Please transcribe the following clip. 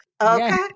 Okay